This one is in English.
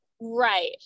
right